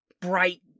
Bright